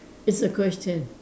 it's a question